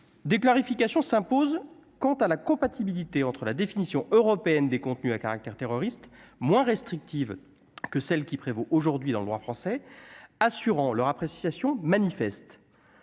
des clarifications s'impose quant à la compatibilité entre la définition européenne des contenus à caractère terroriste, moins restrictive que celle qui prévaut aujourd'hui dans le droit français assurant leur appréciation manifeste,